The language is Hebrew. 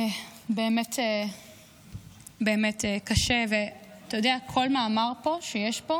באמת קשה, ואתה יודע, כל מאמר פה שיש פה